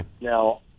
Now